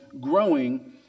growing